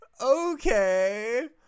okay